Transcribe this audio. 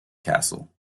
castle